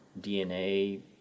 DNA